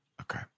Okay